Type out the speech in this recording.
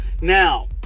Now